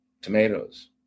tomatoes